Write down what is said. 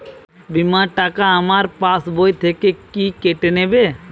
বিমার টাকা আমার পাশ বই থেকে কি কেটে নেবে?